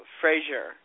Frazier